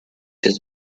has